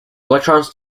electrons